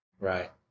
Right